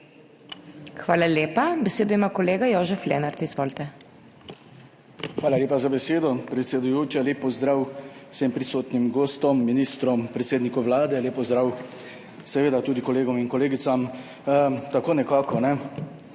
Hvala lepa. Besedo ima kolega Jožef Lenart. Izvolite. **JOŽEF LENART (PS SDS):** Hvala lepa za besedo, predsedujoča. Lep pozdrav vsem prisotnim gostom, ministrom, predsedniku Vlade, lep pozdrav seveda tudi kolegom in kolegicam! Tako nekako. Res